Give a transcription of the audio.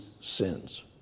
sins